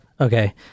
Okay